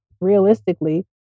realistically